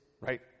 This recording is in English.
right